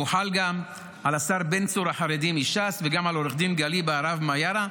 והוא חל גם על השר בן צור החרדי מש"ס וגם על עו"ד גלי בהרב מיארה.